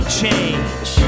change